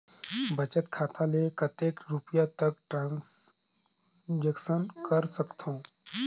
बचत खाता ले कतेक रुपिया तक ट्रांजेक्शन कर सकथव?